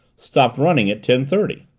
stopped running at ten-thirty.